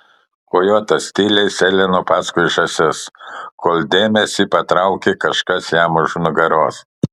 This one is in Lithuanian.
kojotas tyliai sėlino paskui žąsis kol dėmesį patraukė kažkas jam už nugaros